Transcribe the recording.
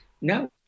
No